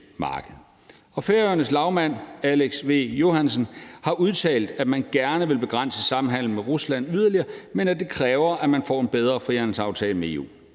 Færøernes lagmand, Aksel V. Johannesen, har udtalt, at man gerne vil begrænse samhandelen med Rusland yderligere, men at det kræver, at man får en bedre frihandelsaftale med EU.